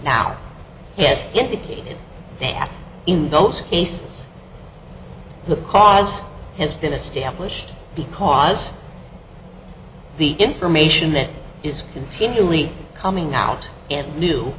now yes indicated that in those cases the cause has been established because the information that is continually coming out and new